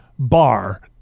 Bar